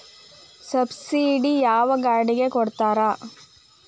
Subsidy ಯಾವ ಗಾಡಿಗೆ ಕೊಡ್ತಾರ?